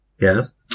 Yes